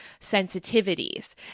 sensitivities